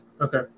Okay